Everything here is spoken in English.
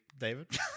David